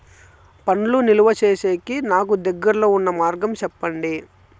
పండ్లు నిలువ సేసేకి నాకు దగ్గర్లో ఉన్న మార్గం చెప్పండి?